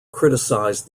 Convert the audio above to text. criticised